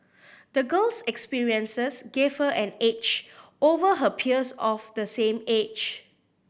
the girl's experiences gave her an edge over her peers of the same age